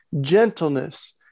gentleness